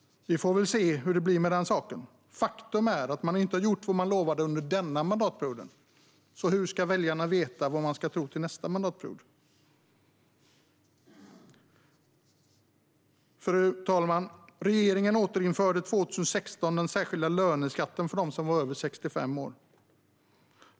Vi får väl se hur det blir med den saken. Faktum är att man inte har gjort vad man lovade under denna mandatperiod. Så hur ska väljarna veta vad de ska tro inför nästa mandatperiod? Fru talman! Regeringen återinförde 2016 den särskilda löneskatten för dem över 65 år.